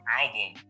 album